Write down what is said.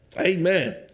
Amen